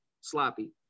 sloppy